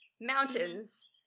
mountains